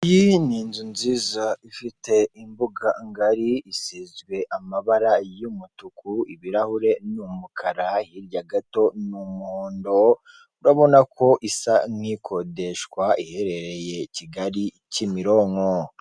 Iyi ni inzu nziza ifite imbuganga ngari isizwe amabara y'umutuku, ibirahuri ni umukara, hirya gato n'umuhondo urabona ko isa nk'ikodeshwa iherereye kigali kimironko